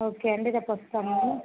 okay అండి రేపు వస్తాము మేము